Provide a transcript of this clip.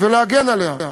ולהגן עליה.